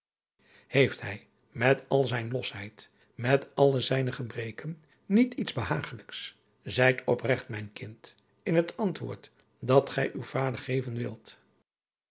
heeft hij met al zijne losheid met alle zijne gebreken niet iets behagelijks zijt opregt mijn kind in het antwoord dat gij uw vader